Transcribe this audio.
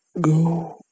Go